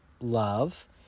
love